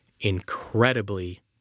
incredibly